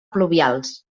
pluvials